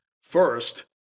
First